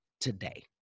today